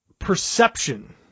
perception